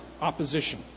opposition